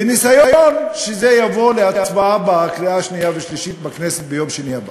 בניסיון שזה יבוא להצבעה בקריאה שנייה ושלישית בכנסת ביום שני הבא.